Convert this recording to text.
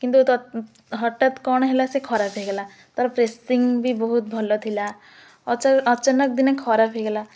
କିନ୍ତୁ ହଠାତ କ'ଣ ହେଲା ସେ ଖରାପ ହେଇଗଲା ତା'ର ପ୍ରେସିଙ୍ଗ ବି ବହୁତ ଭଲ ଥିଲା ଅଚାନକ ଦିନେ ଖରାପ ହେଇଗଲା